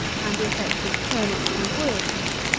and the effect of turnips and oil cake.